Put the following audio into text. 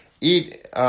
eat